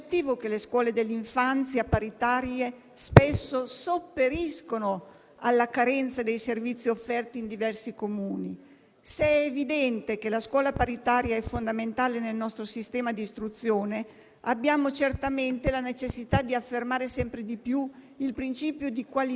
che vale per ogni scuola, distinguendo ciò che funziona da ciò che non funziona, il servizio svolto da chi si impegna per il continuo miglioramento dell'offerta formativa e chi non investe abbastanza nel rinnovamento dei servizi educativi.